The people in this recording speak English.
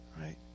Right